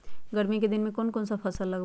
गर्मी के दिन में कौन कौन फसल लगबई?